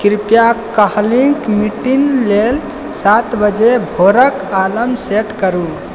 कृपया काल्हिके मीटिङ्ग लेल सात बजे भोरके अलार्म सेट करू